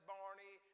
Barney